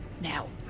Now